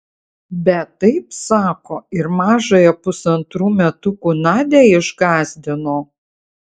bet taip sako ir mažąją pusantrų metukų nadią išgąsdino